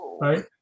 Right